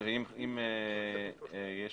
אם יש